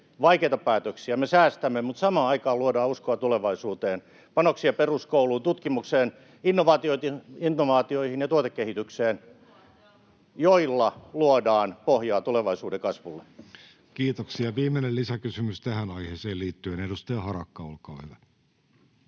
vaikeita päätöksiä. Me säästämme, mutta samaan aikaan luodaan uskoa tulevaisuuteen, panoksia peruskouluun, tutkimukseen, innovaatioihin ja tuotekehitykseen, joilla luodaan pohjaa tulevaisuuden kasvulle. [Speech 58] Speaker: Jussi Halla-aho Party: